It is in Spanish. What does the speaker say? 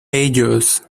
ellos